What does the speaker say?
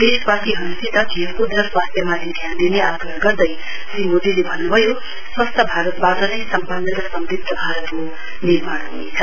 देशवासीहरुसित खेलक्द र स्वास्थ्यमाथि ध्यान दिने आग्रह गर्दै श्री मोदीले भन्नुभयो स्वस्थ भारतवाट नै सम्पन्न र समृध्द भारतको निर्माण ह्नेछ